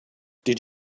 did